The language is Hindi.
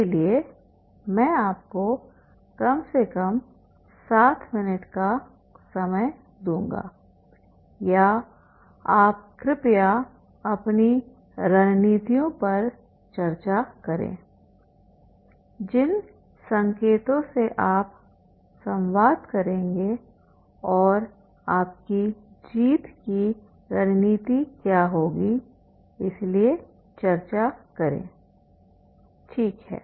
इसलिए मैं आपको कम से कम 7 मिनट का समय दूंगा या आप कृपया अपनी रणनीतियों पर चर्चा करें जिन संकेतों से आप संवाद करेंगे और आपकी जीत की रणनीति क्या होगी इसलिए चर्चा करें ठीक है